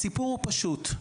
הסיפור הוא פשוט.